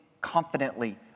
confidently